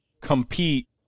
compete